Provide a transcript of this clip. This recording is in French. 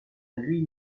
lui